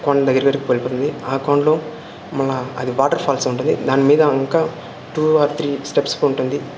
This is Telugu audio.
కోన దగ్గిరి వెళ్ళిపోతుంది ఆ కోనలో మళ్ళీ అది వాటర్ ఫాల్స్ ఉంటుంది దాని మీద ఇంకా టూ ఆర్ త్రీ స్టెప్స్ ఉంటుంది